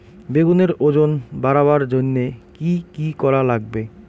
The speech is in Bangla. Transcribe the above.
বেগুনের ওজন বাড়াবার জইন্যে কি কি করা লাগবে?